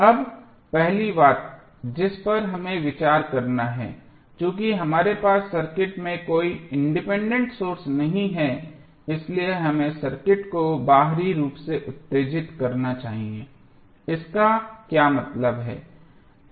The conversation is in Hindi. अब पहली बात जिस पर हमें विचार करना है कि चूंकि हमारे पास सर्किट में कोई इंडिपेंडेंट सोर्स नहीं है इसलिए हमें सर्किट को बाहरी रूप से उत्तेजित करना चाहिए इसका क्या मतलब है